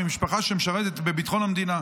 ממשפחה שמשרתת בביטחון המדינה?